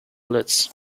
blitz